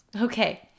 Okay